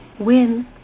Win